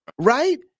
right